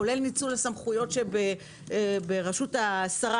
כולל ניצול הסמכויות שברשות השרה,